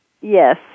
Yes